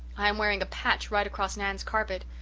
i am wearing a path right across nan's carpet.